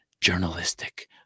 journalistic